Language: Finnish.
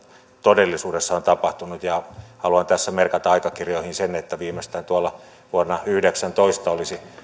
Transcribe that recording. todellisuudessa on tapahtunut haluan tässä merkata aikakirjoihin sen että viimeistään vuonna yhdeksäntoista olisi